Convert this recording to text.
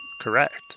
Correct